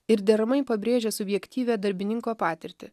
ir deramai pabrėžia subjektyvią darbininko patirtį